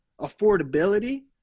affordability